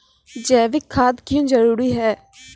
जैविक खाद क्यो जरूरी हैं?